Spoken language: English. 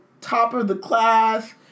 top-of-the-class